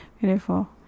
Beautiful